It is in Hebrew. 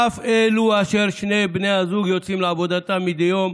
אף אם אשר שני בני הזוג יוצאים לעבודתם מדי יום,